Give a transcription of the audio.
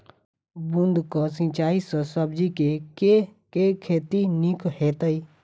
बूंद कऽ सिंचाई सँ सब्जी केँ के खेती नीक हेतइ?